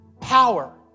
power